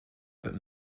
but